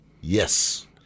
Yes